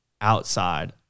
outside